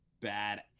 bad